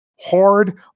hard